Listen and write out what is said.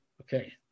Okay